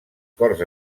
corts